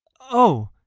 o